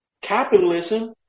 Capitalism